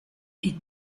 est